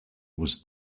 was